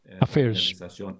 affairs